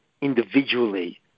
individually